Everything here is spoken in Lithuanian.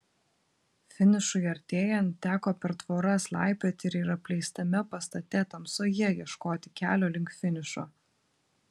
finišui artėjant teko per tvoras laipioti ir apleistame pastate tamsoje ieškoti kelio link finišo